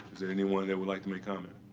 there anyone that would like make comment?